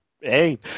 hey